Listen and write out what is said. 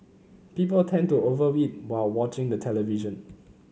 people tend to over while watching the television